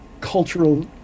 cultural